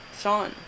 Sean